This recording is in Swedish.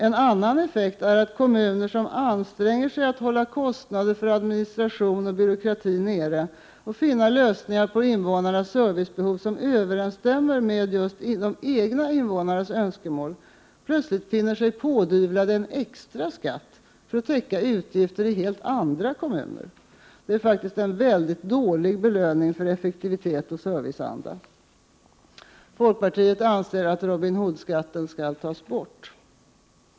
En annan effekt är att kommuner som anstränger sig att hålla kostnader för administration och byråkrati nere och finna lösningar på invånarnas servicebehov som överensstämmer med de egna invånarnas önskemål plötsligt finner sig pådyvlade en extra skatt för att täcka utgifter i helt andra kommuner. Det är faktiskt en mycket dålig belöning för effektivitet och serviceanda. Folkpartiet anser att Robin Hood-skatten skall tas bort.